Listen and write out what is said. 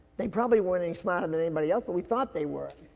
they probably weren't any smarter than anybody else, but we thought they were.